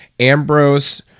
Ambrose